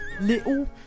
Little